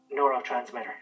neurotransmitter